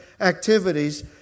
activities